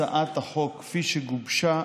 על פי הצעת החוק כפי שגובשה